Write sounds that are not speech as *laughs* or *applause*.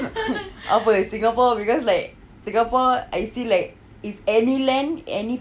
*laughs* apa singapore because like singapore I see like if any land any